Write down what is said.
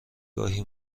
گاهی